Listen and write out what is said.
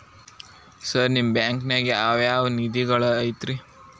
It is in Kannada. ಸರ್ ನಿಮ್ಮ ಬ್ಯಾಂಕನಾಗ ಯಾವ್ ಯಾವ ನಿಧಿಗಳು ಐತ್ರಿ?